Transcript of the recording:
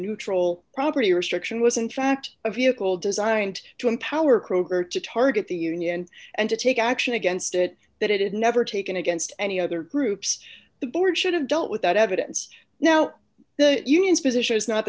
neutral property restriction was in fact a vehicle designed to empower kroeger to target the union and to take action against it that it had never taken against any other groups the board should have dealt with that evidence now the unions position is not